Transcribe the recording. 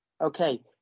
Okay